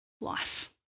life